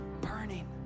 burning